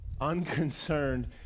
Unconcerned